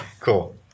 Cool